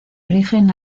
origen